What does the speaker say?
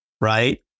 right